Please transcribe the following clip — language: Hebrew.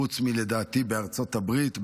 חוץ מאשר בארצות הברית,